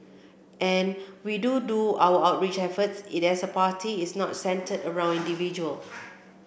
and we do do our outreach efforts it is as a party it's not centred around individual